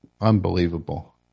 unbelievable